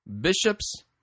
bishops